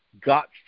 got